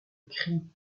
cris